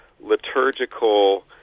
liturgical